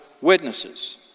witnesses